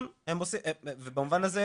במובן הזה,